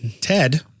Ted